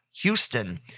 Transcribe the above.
Houston